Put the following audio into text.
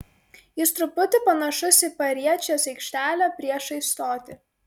jis truputį panašus į pariečės aikštelę priešais stotį